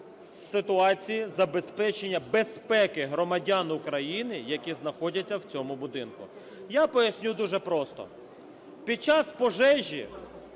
в ситуації забезпечення безпеки громадян України, які знаходяться в цьому будинку. Я поясню дуже просто. Під час пожежі,